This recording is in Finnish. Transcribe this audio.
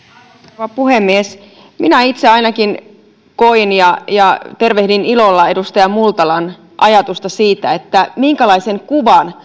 rouva puhemies minä itse ainakin koin niin ja tervehdin ilolla edustaja multalan ajatusta siitä minkälaisen kuvan